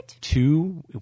Two